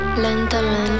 Lentamente